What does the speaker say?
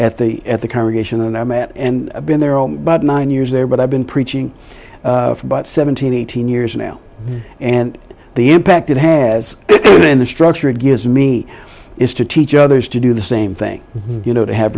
at the at the congregation and i'm at and i've been there all but nine years there but i've been preaching for about seventeen eighteen years now and the impact it has in the structure it gives me is to teach others to do the same thing you know to have